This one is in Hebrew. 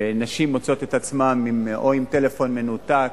ונשים מוצאות את עצמן או עם טלפון מנותק,